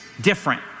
different